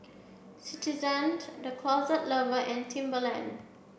citizen to The Closet Lover and Timberland